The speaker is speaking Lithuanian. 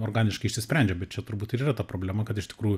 organiškai išsisprendžia bet čia turbūt ir yra ta problema kad iš tikrųjų